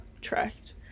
trust